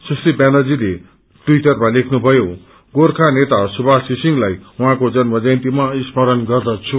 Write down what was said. सुश्री व्यानर्जीले टिवटरमा लेख्नु भयो गोर्खा नेता सुभाष विसिङताई उहाँको जन्म जयन्तीामा स्मरण गर्दछ्